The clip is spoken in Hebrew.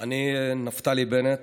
אני נפתלי בנט,